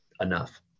enough